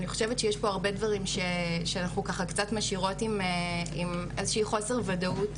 אני חושבת שיש פה הרבה דברים שאנחנו קצת משאירות עם איזושהי חוסר ודאות,